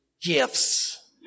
gifts